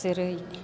जेरै